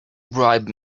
bribe